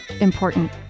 important